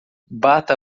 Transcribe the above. bata